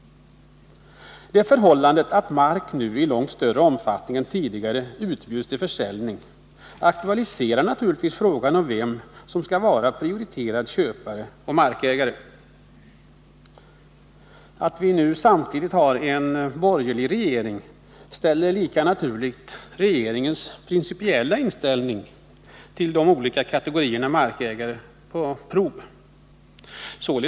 Det förhållandet att mark nu i långt större omfattning än tidigare utbjuds till försäljning aktualiserar naturligtvis frågan om vem som skall vara prioriterad köpare och markägare. Att vi samtidigt nu har en borgerlig regering ställer helt naturligt denna regerings principiella inställning till de olika kategorierna markägare på prov.